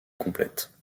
complète